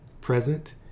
present